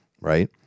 right